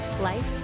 life